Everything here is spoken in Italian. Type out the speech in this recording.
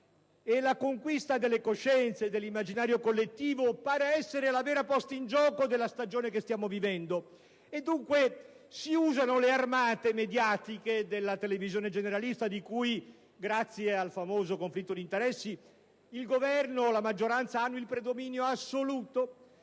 la conquista delle coscienze e dell'immaginario collettivo pare essere la vera posta in gioco della stagione che stiamo vivendo. E dunque si usano le armate mediatiche della televisione generalista, di cui grazie al famoso conflitto di interessi il Governo e la sua maggioranza hanno il predominio assoluto,